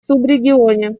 субрегионе